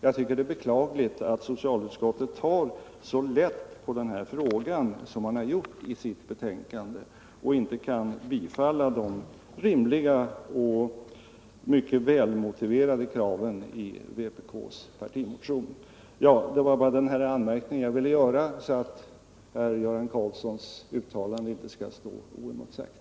Jag tycker att det är beklagligt att socialutskottet tar så lätt på den här frågan och inte kan biträda de rimliga och mycket välmotiverade krav som finns i vpk:s partimotion. Det var bara denna anmärkning jag ville göra så att Göran Karlssons uttalande inte skall stå oemotsagt.